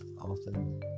often